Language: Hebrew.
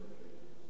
כמובן,